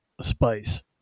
spice